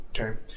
Okay